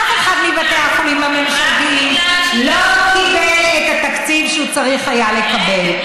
אף אחד מבתי החולים הממשלתיים לא קיבל את התקציב שהוא צריך היה לקבל.